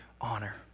honor